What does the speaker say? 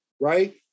right